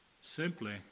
simply